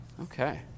Okay